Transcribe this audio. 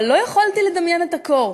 אבל לא יכולתי לדמיין את הקור.